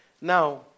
Now